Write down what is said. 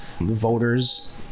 voters